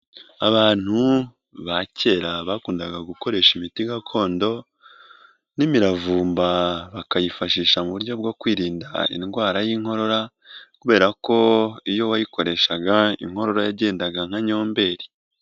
Abantu ba kera bakundaga gukoresha imiti gakondo n'imiravumba bakayifashisha mu buryo bwo kwirinda indwara y'inkorora kubera ko iyo wayikoreshaga inkorora yagendaga nka Nyomberi.